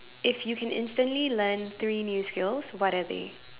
if you can instantly learn three new skills what are they